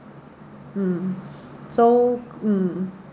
mm so mm